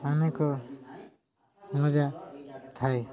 ଅନେକ ମଜା ଥାଏ